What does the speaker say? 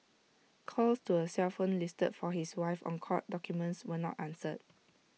calls to A cell phone listed for his wife on court documents were not answered